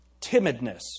timidness